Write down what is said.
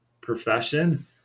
profession